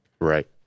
Right